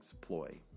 ploy